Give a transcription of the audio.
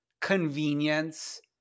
convenience